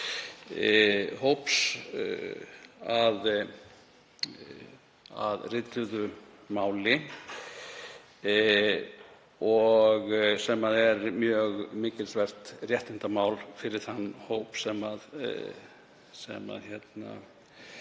hóps að rituðu máli sem er mjög mikilsvert réttindamál fyrir þann hóp sem